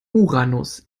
uranus